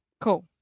Cool